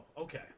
okay